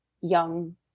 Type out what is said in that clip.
young